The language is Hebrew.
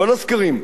כל הסקרים,